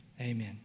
Amen